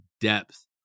depth